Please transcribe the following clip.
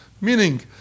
meaning